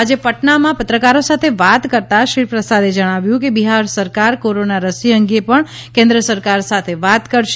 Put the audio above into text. આજે પટનામાં પત્રકારો સાથે વાત કરતા શ્રી પ્રસાદે જણાવ્યું કે બિહાર સરકાર કોરોના રસી અંગે કેન્દ્ર સરકાર સાથે વાત કરશે